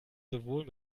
sowohl